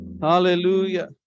Hallelujah